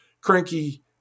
cranky